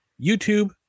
YouTube